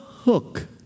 hook